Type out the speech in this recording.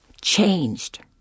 changed